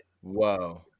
whoa